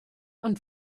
und